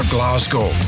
Glasgow